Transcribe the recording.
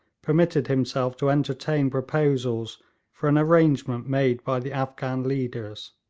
permitted himself to entertain proposals for an arrangement made by the afghan leaders.